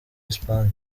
espagne